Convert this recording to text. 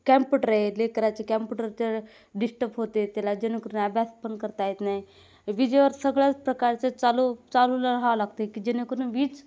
computer आहे लेकराचे computer ते डिस्टप होते त्याला जेणेकरून अभ्यास पण करता येत नाही विजेवर सगळ्याच प्रकारचे चालू चालू राहावं लागतं की जेणेकरून वीज